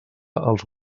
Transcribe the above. als